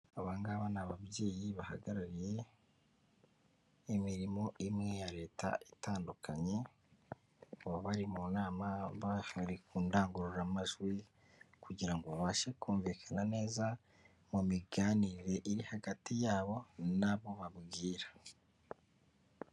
Aba ngaba ni ababyeyi bahagarariye imirimo imwe ya leta itandukanye, baba bari mu nama bari ku ndangururamajwi kugira ngo babashe kumvikana neza mu miganire iri hagati yabo n'abo babwira.